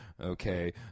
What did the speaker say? Okay